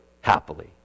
happily